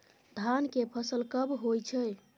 धान के फसल कब होय छै?